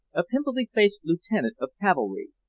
a pimply-faced lieutenant of cavalry,